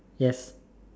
yes